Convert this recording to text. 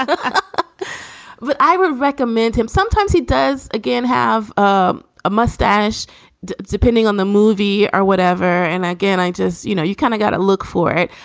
i but i would recommend him sometimes. he does again have um a mustache depending on the movie or whatever and again, i just you know, you kind of got to look for it.